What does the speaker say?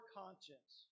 conscience